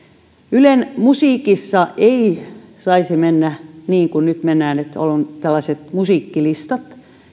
ylen musiikissa ei saisi mennä niin kuin nyt mennään että on tällaiset musiikkilistat